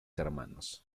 hermanos